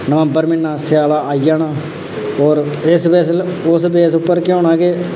नवंबर म्हीना स्याला आई जाना और उस्स बेस उप्पर केह् होना के